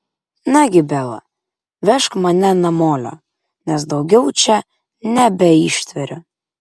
nagi bela vežk mane namolio nes daugiau čia nebeištveriu